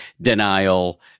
denial